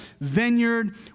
vineyard